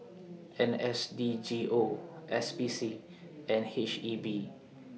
N S D G O S P C and H E B